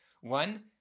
one